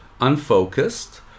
unfocused